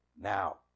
now